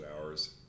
hours